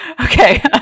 Okay